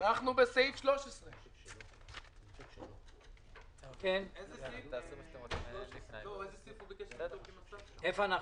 אנחנו בסעיף 13. איפה אנחנו?